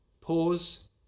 pause